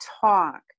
talk